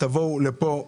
תבואו לפה.